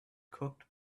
cooked